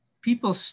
People